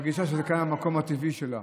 היא מרגישה שזה כאן המקום הטבעי שלה.